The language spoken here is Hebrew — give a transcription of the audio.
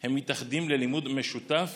הם מתאחדים ללימוד משותף